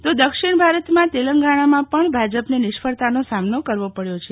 તો દક્ષિણ ભારતમાં તેલંગાણામાં પણ ભાજપને નિષ્ફળતાનો સામનો કરવો પડ્યો છે